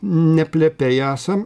ne plepiai esam